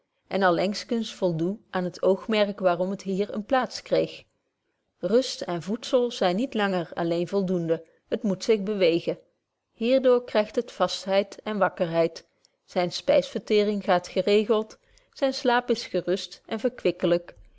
en allengskens voldoe aan het oogmerk waarom het hier eene plaats kreeg rust en voedzel zyn niet langer alleen voldoende het moet zich bewegen hier door krygt het vastheid en wakkerheid zyne spysverteering gaat geregeld zyn slaap is gerust en